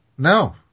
No